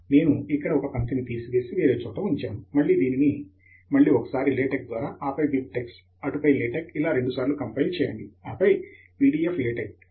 నేను ఇక్కడ ఒక పంక్తిని తీసివేసి వేరే చోట ఉంచాను అప్పుడు దీనిని మళ్ళీ ఒకసారి లేటెక్ ద్వారా ఆపై బిబ్ టెక్స్ అటుపై పై లేటెక్ ఇలా రెండు సార్లు కంపైల్ చేయండి ఆపై PDF LaTeX